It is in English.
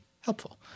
helpful